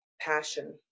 passion